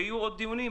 ויהיו עוד דיונים,